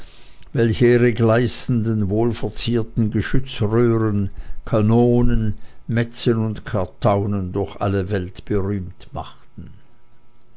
welche ihre gleißenden wohlverzierten geschützröhren kanonen metzen und kartaunen durch alle welt berühmt machten